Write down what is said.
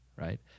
right